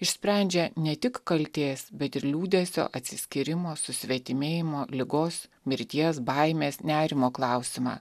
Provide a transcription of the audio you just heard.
išsprendžia ne tik kaltės bet ir liūdesio atsiskyrimo susvetimėjimo ligos mirties baimės nerimo klausimą